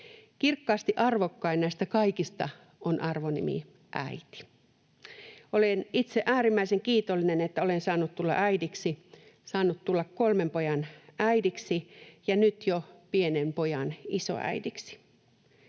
Kirkkaasti arvokkain näistä kaikista on arvonimi äiti. Olen itse äärimmäisen kiitollinen, että olen saanut tulla äidiksi, saanut tulla kolmen pojan äidiksi ja nyt jo pienen pojan isoäidiksi.